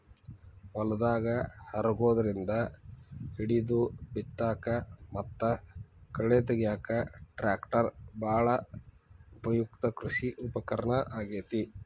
ಹೊಲದಾಗ ಹರಗೋದ್ರಿಂದ ಹಿಡಿದು ಬಿತ್ತಾಕ ಮತ್ತ ಕಳೆ ತಗ್ಯಾಕ ಟ್ರ್ಯಾಕ್ಟರ್ ಬಾಳ ಉಪಯುಕ್ತ ಕೃಷಿ ಉಪಕರಣ ಆಗೇತಿ